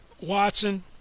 Watson